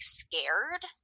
scared